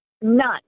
None